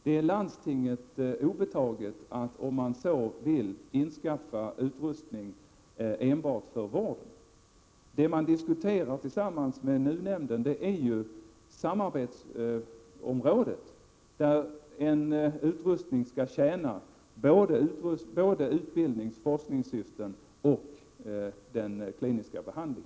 Det är landstinget obetaget att, om man så vill, införskaffa utrustning enbart för vård. Det som diskuteras tillsammans med NUU-nämnden är samarbetsområdet, där en utrustning skall tjäna både utbildningsoch forskningssyften samt användas i klinisk behandling.